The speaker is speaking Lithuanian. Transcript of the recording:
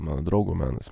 mano draugo menas